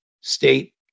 state